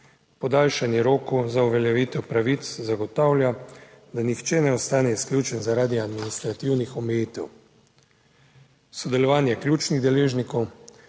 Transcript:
Podaljšanje rokov za uveljavitev pravic zagotavlja, da nihče ne ostane izključen zaradi administrativnih omejitev. Sodelovanje ključnih deležnikov,